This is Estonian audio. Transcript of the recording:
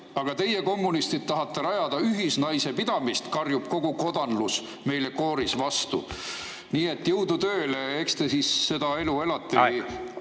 Aga teie, kommunistid, tahate rajada ühisnaisepidamist, karjub kogu kodanlus meile kooris vastu." Nii et jõudu tööle ja eks te siis … Aeg! … seda elu elate